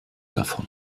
davon